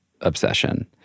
obsession